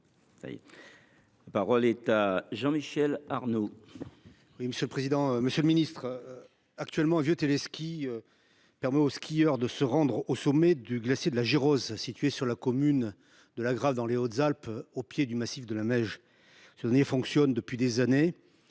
La parole est à M. Jean Michel Arnaud,